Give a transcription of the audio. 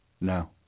No